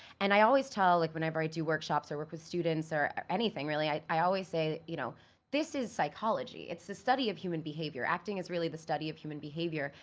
and i always tell, like whenever i do workshops or work with students or or anything really, i i always say, you know this is psychology. it's the study of human behavior. acting is really the study of human behavior.